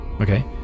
Okay